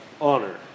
honor